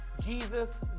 Jesus